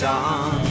on